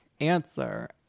answer